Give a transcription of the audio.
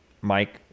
Mike